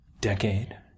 decade